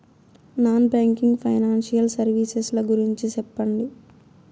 Non banking financial services ల గురించి సెప్పండి?